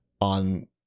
on